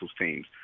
teams